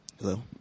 Hello